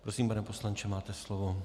Prosím, pane poslanče, máte slovo.